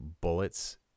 bullets